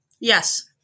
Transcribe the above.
Yes